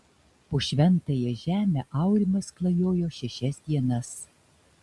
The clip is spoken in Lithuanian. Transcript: po šventąją žemę aurimas klajojo šešias dienas